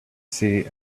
see